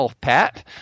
pat